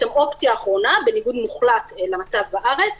בניגוד מוחלט למצב בארץ.